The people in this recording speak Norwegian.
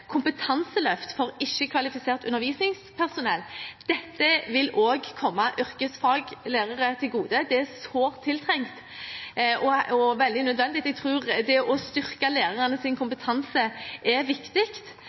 kompetanseløft for ikke-kvalifisert undervisningspersonell. Dette vil også komme yrkesfaglærere til gode, det er sårt tiltrengt og veldig nødvendig. Jeg tror det å styrke lærernes kompetanse er viktig.